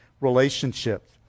relationships